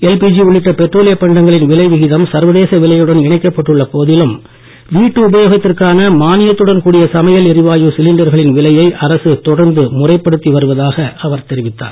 LPG உள்ளிட்ட பெட்ரோலியப் பண்டங்களின் விலை விகிதம் சர்வதேச விலையுடன் இணைக்கப்பட்டுள்ள போதிலும் வீட்டு உபயோகத்திற்கான மானியத்துடன் கூடிய சமையல் எரிவாயு சிலிண்டர்களின் விலையை அரசு தொடர்ந்து முறைப்படுத்தி வருவதாக அவர் தெரிவித்தார்